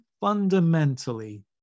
fundamentally